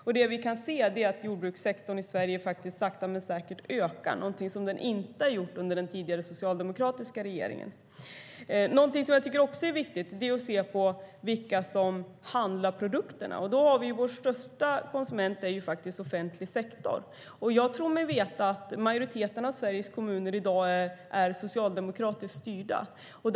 Nu kan vi se att jordbrukssektorn i Sverige ökar sakta men säkert. Det är någonting som den inte har gjort under den tidigare, socialdemokratiska regeringen. Jag tycker också att det är viktigt att se vilka som handlar produkterna. Vår största konsument är offentlig sektor. Jag tror mig veta att majoriteten av Sveriges kommuner är socialdemokratiskt styrda i dag.